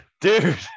Dude